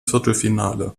viertelfinale